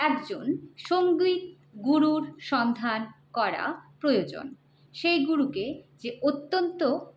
একজন সঙ্গীত গুরুর সন্ধান করা প্রয়োজন সেই গুরুকে যে অত্যন্ত